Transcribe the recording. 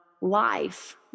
life